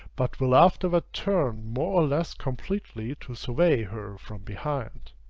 but will afterward turn more or less completely to survey her from behind